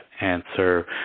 answer